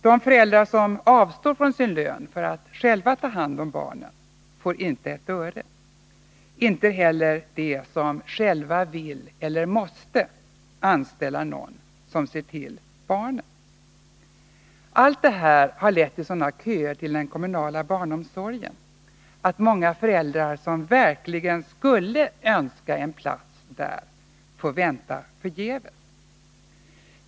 De föräldrar som avstår från sin lön för att själva ta hand om barnen får inte ett öre, inte heller de som själva vill eller måste anställa någon som ser till barnen. Allt detta har lett till sådana köer till den kommunala barnomsorgen att många föräldrar som verkligen skulle önska en plats där får vänta förgäves.